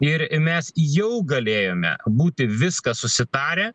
ir mes jau galėjome būti viską susitarę